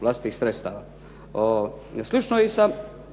vlastitih sredstava. Slično je